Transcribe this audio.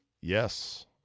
Yes